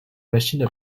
machines